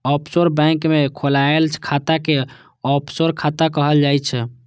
offshore bank मे खोलाएल खाता कें ऑफसोर खाता कहल जाइ छै